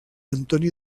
antoni